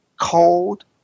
cold